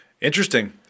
interesting